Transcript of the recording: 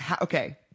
Okay